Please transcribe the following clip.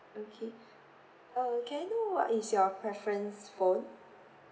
okay err can I know what is your preference phone